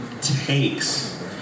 takes